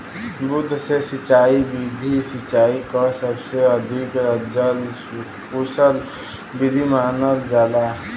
बूंद से सिंचाई विधि सिंचाई क सबसे अधिक जल कुसल विधि मानल जाला